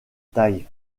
taille